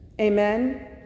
Amen